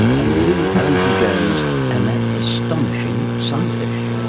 and lu allington-jones and that astonishing sunfish.